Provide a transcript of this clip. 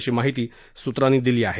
अशी माहिती सूत्रांनी दिली आहे